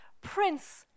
Prince